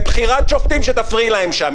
נראה אותך בוועדה לבחירת שופטים שתפריעי להם שם,